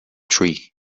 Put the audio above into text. tree